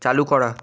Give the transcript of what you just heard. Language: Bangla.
চালু করা